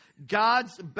God's